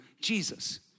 Jesus